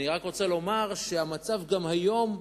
אני רק רוצה לומר שהמצב גם היום,